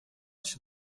się